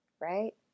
right